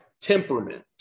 temperament